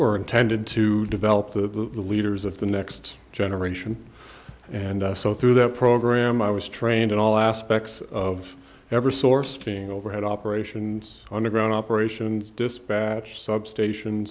or intended to develop the leaders of the next generation and so through that program i was trained in all aspects of ever source being overhead operations underground operations dispatch substation